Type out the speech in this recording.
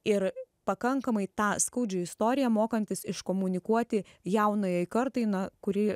ir pakankamai tą skaudžią istoriją mokantis iškomunikuoti jaunajai kartai na kuri